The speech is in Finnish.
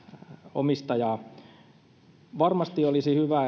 omistajaa varmasti olisi hyvä